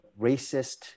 racist